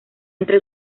entre